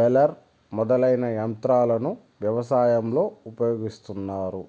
baler మొదలైన యంత్రాలను వ్యవసాయంలో ఉపయోగిస్తాన్నారు